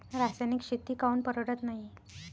रासायनिक शेती काऊन परवडत नाई?